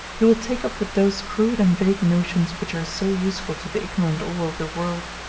he will take up with those crude and vague notions which are so useful to the ignorant all over the world.